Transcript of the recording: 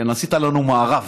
עשית לנו מארב.